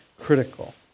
critical